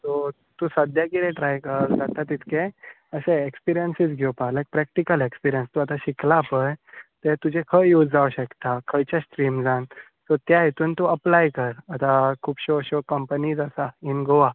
so तूं सद्याक कितें ट्राय कर जाता तितकें एक्सपिरियंसीस घेवपाक लायक प्रॅकटिकल एक्सपिरियंस तूं आतां शिकला पळय तें तुजें खंय यूज जावंक शकता खंयचे स्ट्रिम्सांत सो त्या हातूंत तूं अपलाय कर आतां खुबश्यो अश्यो कंपनी आसात इन गोवा